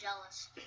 jealous